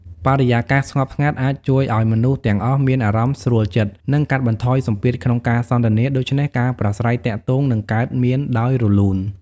បរិយាកាសស្ងប់ស្ងាត់ អាចជួយឲ្យមនុស្សទាំងអស់មានអារម្មណ៍ស្រួលចិត្ត និងកាត់បន្ថយសម្ពាធក្នុងការសន្ទនា ដូច្នេះការប្រាស្រ័យទាក់ទងនឹងកើតមានដោយរលូន។